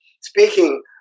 speaking